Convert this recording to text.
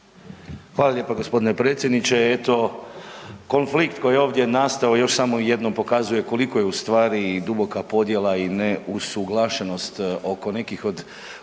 Hvala lijepo g. predsjedniče. Eto konflikt koji je ovdje nastao još samo jednom pokazuje koliko je u stvari i duboka podjela i ne usuglašenost oko nekih od